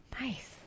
Nice